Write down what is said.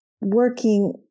working